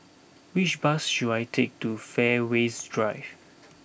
which bus should I take to Fairways Drive